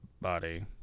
body